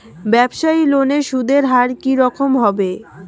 ব্যবসায়ী লোনে সুদের হার কি রকম হবে?